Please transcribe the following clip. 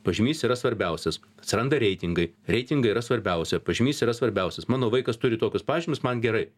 pažymys yra svarbiausias atsiranda reitingai reitingai yra svarbiausia pažymys yra svarbiausias mano vaikas turi tokius pažymius man gerai